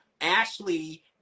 Ashley